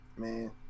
man